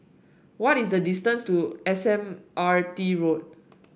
what is the distance to S M R T Road